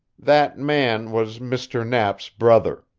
that man was mr. knapp's brother.